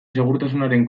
segurtasunaren